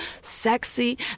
sexy